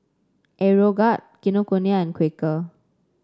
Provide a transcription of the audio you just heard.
Aeroguard Kinokuniya and Quaker